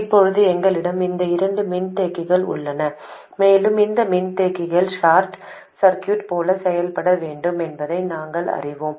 இப்போது எங்களிடம் இந்த இரண்டு மின்தேக்கிகள் உள்ளன மேலும் இந்த மின்தேக்கிகள் ஷார்ட் சர்க்யூட் போல செயல்பட வேண்டும் என்பதை நாங்கள் அறிவோம்